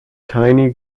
tiny